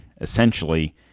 essentially